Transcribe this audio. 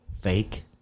fake